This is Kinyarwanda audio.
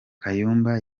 kayumba